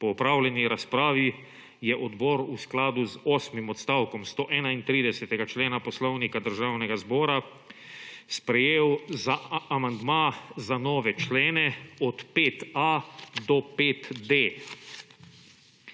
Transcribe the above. Po opravljeni razpravi je odbor v skladu z osmim odstavkom 131. člena Poslovnika Državnega zbora sprejel amandma za nove člene od 5.a do 5.d.